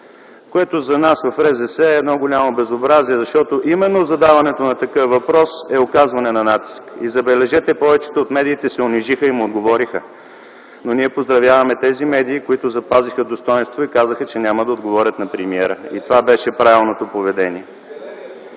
и справедливост” е едно голямо безобразие, защото задаването на такъв въпрос е оказване на натиск и, забележете, повечето от медиите се унижиха и му отговориха. Но ние поздравяваме тези медии, които запазиха достойнство и казаха, че няма да отговорят на премиера. Това беше правилното поведение.